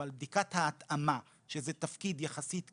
אבל בדיקת ההתאמה שזה תפקיד יחסית קצר,